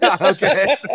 Okay